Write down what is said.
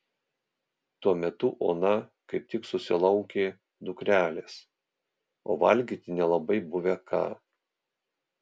tuo metu ona kaip tik susilaukė dukrelės o valgyti nelabai buvę ką